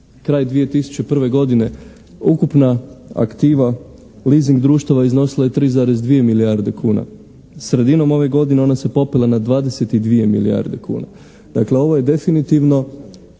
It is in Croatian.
kraj 2001. godine ukupna aktiva leasing društava iznosila je 3,2 milijarde kuna. Sredinom ove godine ona se popela na 22 milijarde kuna. Dakle, ovo je definitivno